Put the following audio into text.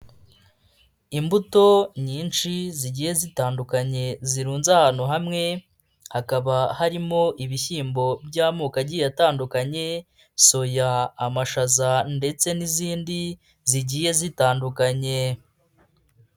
Imbuto nyinshi zigiye zitandukanye, zirunnze ahantu hamwe, hakaba harimo ibishyimbo by'amoko agiye atandukanye, soya, amashaza ndetse n'izindi zigiye zitandukanye.